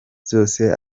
zose